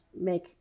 make